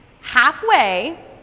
Halfway